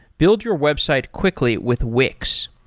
build your website quickly with wix.